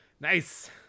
nice